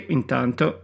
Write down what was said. intanto